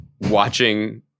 watching